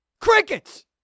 Crickets